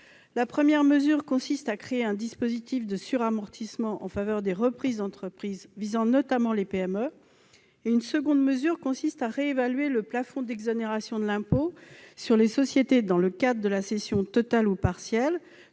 La première mesure consiste à créer un dispositif de suramortissement en faveur des reprises d'entreprises visant notamment les PME. Une seconde mesure consister à réévaluer le plafond d'exonération de l'impôt sur les sociétés dans le cadre de la cession totale ou partielle